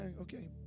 okay